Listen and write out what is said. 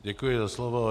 Děkuji za slovo.